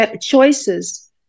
choices